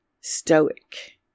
stoic